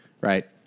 Right